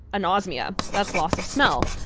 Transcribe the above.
anosmia that's loss of smell.